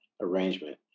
arrangement